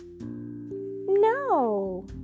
No